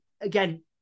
again